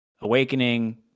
awakening